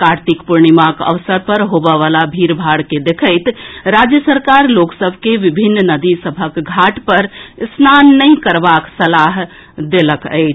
कार्तिक पूर्णिमाक अवसर पर होबय वला भीड़ के देखैत राज्य सरकार लोक सभ के विभिन्न नदी सभक घाट पर स्नान नहि करबाक सलाह देलक अछि